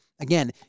again